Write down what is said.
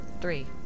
three